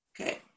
Okay